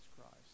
Christ